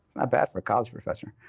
bad for a college professor.